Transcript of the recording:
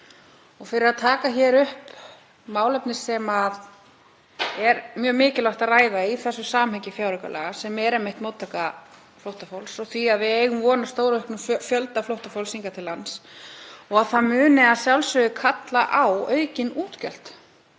og fyrir að taka hér upp málefni sem er mjög mikilvægt að ræða í þessu samhengi fjáraukalaga, sem er einmitt móttaka flóttafólks og það að við eigum von á stórauknum fjölda flóttafólks hingað til lands og að það muni að sjálfsögðu kalla á aukin útgjöld